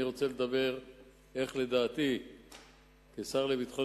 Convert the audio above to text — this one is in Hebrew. אני רוצה לומר איך אני רואה את הדברים כשר לביטחון